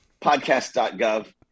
podcast.gov